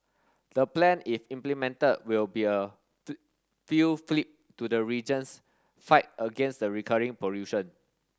the plan if implemented will be a fillip to the region's fight against the recurring pollution